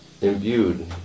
imbued